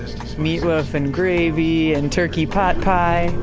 meatloaf and gravy, and turkey pot pie.